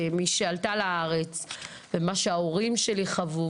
כמי שעלתה לארץ ומה שההורים שלי חוו,